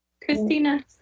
Christina